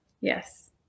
Yes